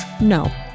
No